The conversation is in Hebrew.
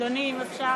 אדוני, אם אפשר